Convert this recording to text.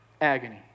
Agony